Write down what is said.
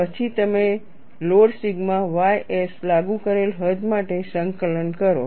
પછી તમે load sigma ys લાગુ કરેલ હદ માટે સંકલન કરો